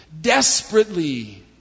desperately